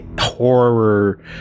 horror